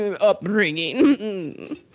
upbringing